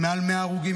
עם מעל 100 הרוגים,